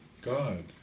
God